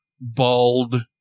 bald